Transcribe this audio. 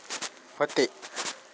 व्हते